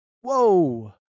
whoa